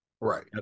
Right